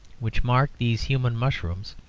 which mark these human mushrooms,